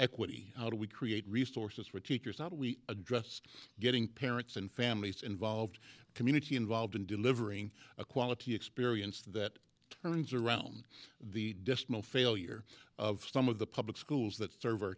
equity how do we create resources for teachers not we address getting parents and families involved community involved in delivering a quality experience that turns around the failure of some of the public schools that serve o